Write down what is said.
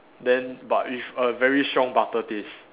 then but with a very strong butter taste